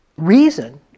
reason